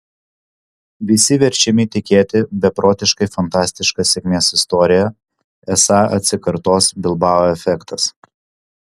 visi verčiami tikėti beprotiškai fantastiška sėkmės istorija esą atsikartos bilbao efektas